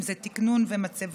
אם זה תקנון ומצבות,